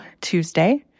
Tuesday